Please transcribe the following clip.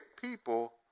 people